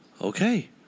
Okay